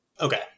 Okay